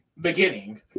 Beginning